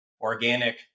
organic